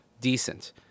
decent